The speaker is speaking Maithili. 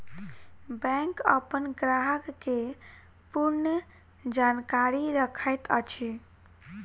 बैंक अपन ग्राहक के पूर्ण जानकारी रखैत अछि